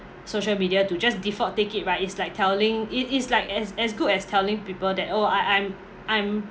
social media to just default take it right is like telling is is like as as good as telling people that oh I I'm I'm